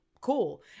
cool